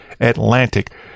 Atlantic